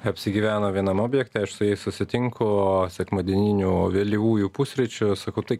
apsigyveno vienam objekte aš su jais susitinku sekmadieninių vėlyvųjų pusryčių sakau tai